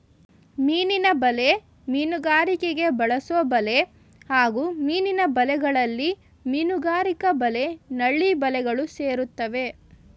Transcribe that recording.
ಮೀನಿನ ಬಲೆ ಮೀನುಗಾರಿಕೆಗೆ ಬಳಸೊಬಲೆ ಹಾಗೂ ಮೀನಿನ ಬಲೆಗಳಲ್ಲಿ ಮೀನುಗಾರಿಕಾ ಬಲೆ ನಳ್ಳಿ ಬಲೆಗಳು ಸೇರ್ತವೆ